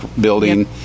building